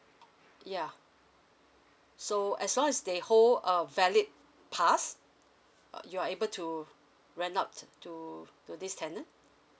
yeah so as long as they hold a valid pass uh you are able to rent out to to this tenant